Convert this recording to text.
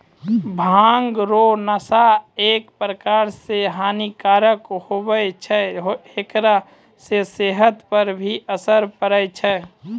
भांग रो नशा एक प्रकार से हानी कारक हुवै छै हेकरा से सेहत पर भी असर पड़ै छै